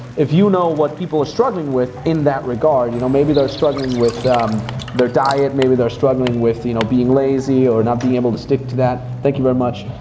if you know what people are struggling with in that regard, you know maybe they're struggling with their diet. maybe they're struggling with, you know being lazy or not being able to stick to that. thank you very much.